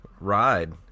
Ride